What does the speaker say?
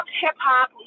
hip-hop